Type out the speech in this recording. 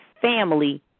family